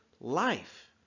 life